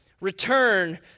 return